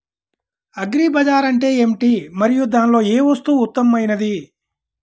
Agri bazaar అంటే ఏమిటి మరియు దానిలో ఏ వస్తువు ఉత్తమమైనది?